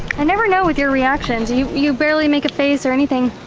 i never know with your reactions, you you barely make a face or anything.